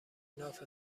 ناف